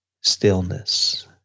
Stillness